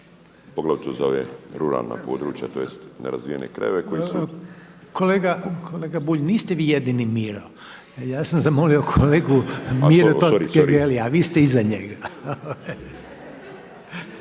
poglavito za ove ruralna područja tj. nerazvijene krajeve koji su… **Reiner, Željko (HDZ)** Kolega Bulj niste vi jedini Miro. Ja sam zamolio kolegu Miru Totgergelaia a vi ste iza njega.